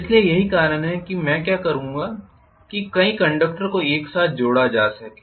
इसलिए यही कारण है कि मैं क्या करूंगा कि कई कंडक्टरों को एक साथ जोड़ा जा सके